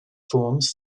forms